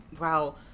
wow